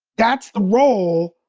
that's the role